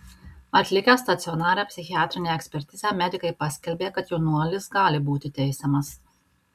atlikę stacionarią psichiatrinę ekspertizę medikai paskelbė kad jaunuolis gali būti teisiamas